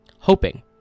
hoping